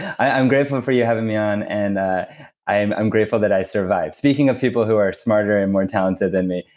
i'm grateful for you having me on, and ah i'm i'm grateful that i survived speaking of people who are smarter and more talented than me,